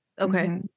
Okay